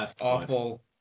Awful